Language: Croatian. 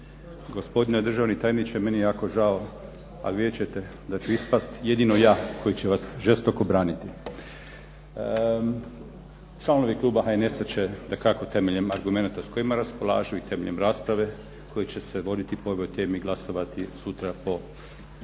Gospodine državni tajniče meni je jako žao ali vidjet ćete da ću ispast jedino ja koji će vas žestoko braniti. Članovi kluba HNS-a će, dakako temeljem argumenta s kojima raspolažu, i temeljem rasprave koja će se voditi po ovoj temi i glasovati sutra po